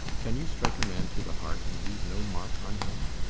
can you strike a man to the heart and leave no mark on him?